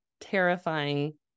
terrifying